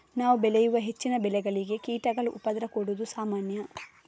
ನಾವು ಬೆಳೆಯುವ ಹೆಚ್ಚಿನ ಬೆಳೆಗಳಿಗೆ ಕೀಟಗಳು ಉಪದ್ರ ಕೊಡುದು ಸಾಮಾನ್ಯ